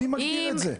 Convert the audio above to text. מי מגדיר את זה?